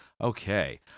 Okay